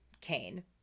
Kane